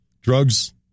Drugs